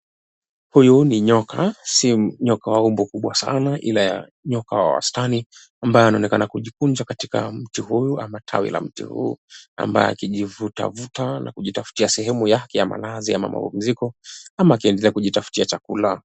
Huyu ni nyoka ila sii nyoka wa umbo kubwa sana ila nyoka wa wastani ambaye anaonekana kijikunja katika mti huyu ama tawi la mti huu ambaye akiji vuta vuta akijitafutia sehemu yake ya malazi ama mapumziko ama akiendelea kujitafutia chakula.